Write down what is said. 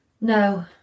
No